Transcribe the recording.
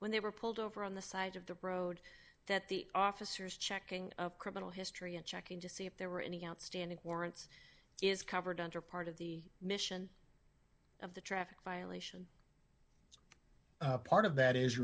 when they were pulled over on the side of the road that the officers checking of criminal history and checking to see if there were any outstanding warrants is covered under part of the mission of the traffic violation part of that is